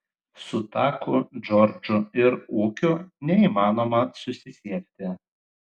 su taku džordžu ir ūkiu neįmanoma susisiekti